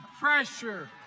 pressure